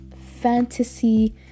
fantasy